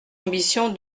ambition